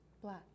Black